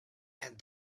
and